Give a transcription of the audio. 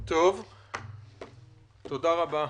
תודה רבה.